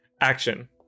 action